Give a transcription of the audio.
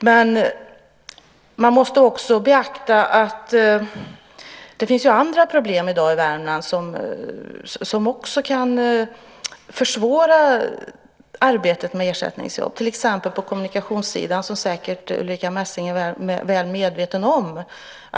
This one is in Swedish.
Men man måste också beakta att det finns andra problem i dag i Värmland som också kan försvåra arbetet med ersättningsjobb. Det gäller till exempel på kommunikationssidan, som säkert Ulrica Messing är väl medveten om.